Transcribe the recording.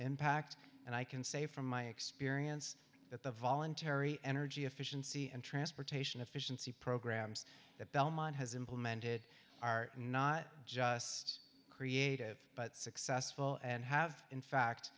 impact and i can say from my experience that the voluntary energy efficiency and transportation efficiency programs that belmont has implemented are not just creative but successful and have in fact